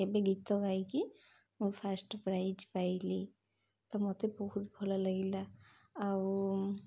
ଏବେ ଗୀତ ଗାଇକି ମୁଁ ଫାଷ୍ଟ୍ ପ୍ରାଇଜ୍ ପାଇଲି ତ ମୋତେ ବହୁତ ଭଲ ଲାଗିଲା ଆଉ